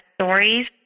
stories